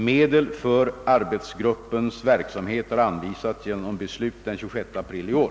Medel för arbetsgruppens verksamhet har anvisats genom beslut den 26 april i år.